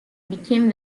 became